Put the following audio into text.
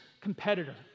competitor